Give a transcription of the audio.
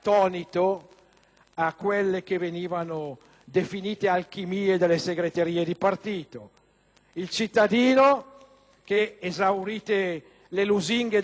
Il cittadino che, esaurite le lusinghe della campagna elettorale, riacquista puntualmente i panni del vessato contribuente,